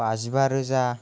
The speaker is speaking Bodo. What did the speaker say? बाजिबा रोजा